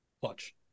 watch